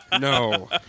no